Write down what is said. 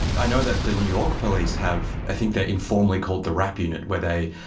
i know that the new york police have, i think they're informally called the rap unit where they,